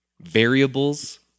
variables